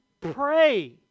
pray